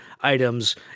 items